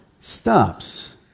stops